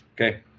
Okay